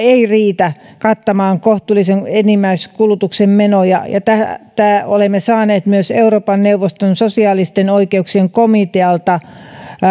ei riitä kattamaan kohtuullisen vähimmäiskulutuksen menoja ja olemme saaneet myös euroopan neuvoston sosiaalisten oikeuksien komitealta